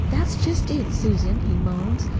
that's just it, susan he moans.